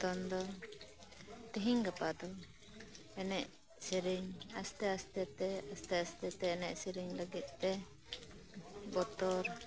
ᱱᱤᱛᱚᱝ ᱫᱚ ᱛᱤᱦᱤᱧ ᱜᱟᱯᱟ ᱫᱚ ᱮᱱᱮᱡ ᱥᱮᱨᱮᱧ ᱟᱥᱛᱮ ᱟᱥᱛᱮ ᱛᱮ ᱥᱛᱮ ᱟᱥᱛᱮ ᱛᱮ ᱮᱱᱮᱡ ᱥᱤᱨᱤᱧ ᱞᱟᱹᱜᱤᱫ ᱛᱮ ᱵᱚᱛᱚᱨ